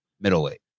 middleweight